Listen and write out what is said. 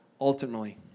ultimately